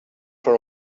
for